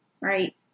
right